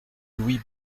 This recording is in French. louis